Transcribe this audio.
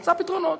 נמצא פתרונות.